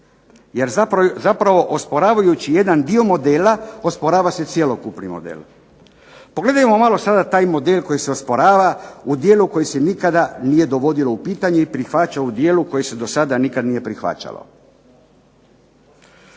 jer zapravo osporavajući jedan dio modela osporava se cjelokupni model. Pogledajmo malo sada taj model koji se osporava u dijelu koji se nikada nije dovodilo u pitanje i prihvaća u dijelu koji se do sada nikad nije prihvaćalo,